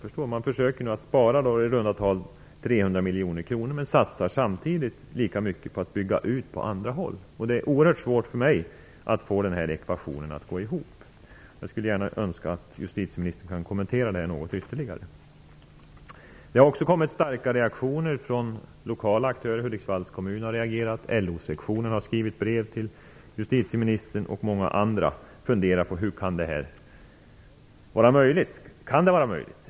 Man försöker spara i runda tal 300 miljoner kronor men satsar samtidigt lika mycket på att bygga ut på andra håll. Det är oerhört svårt för mig att få ekvationen att gå ihop. Jag skulle önska att justitieministern kan kommentera detta ytterligare. Det har också kommit starka reaktioner från lokala aktörer. Hudiksvalls kommun har reagerat, LO sektionen har skrivit brev till justitieministern och många andra funderar på hur det här kan vara möjligt. Kan det vara möjligt?